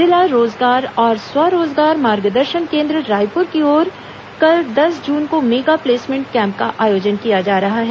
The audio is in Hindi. जिला रोजगार और स्व रोजगार मागदर्शन केंद्र रायपुर की ओर कल दस जून को मेगा प्लेसमेंट कैम्प का आयोजन किया जा रहा है